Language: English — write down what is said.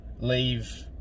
leave